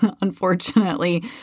unfortunately